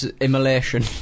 immolation